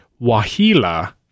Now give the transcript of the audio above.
Wahila